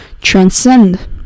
transcend